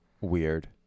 Weird